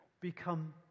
become